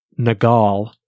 Nagal